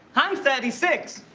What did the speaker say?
i'm thirty six.